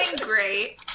great